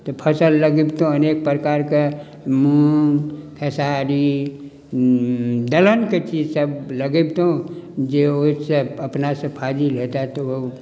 तऽ फसल लगैबतहुॅं अनेक प्रकार के खेसारी दलहन के चीज सब लगबितहुॅं जे ओहिसँ अपना सँ फाजिल होयते तऽ